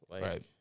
Right